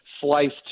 sliced